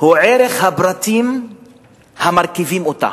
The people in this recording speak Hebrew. הוא ערך הפרטים המרכיבים אותה.